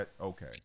okay